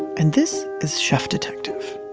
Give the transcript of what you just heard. and this is chef detective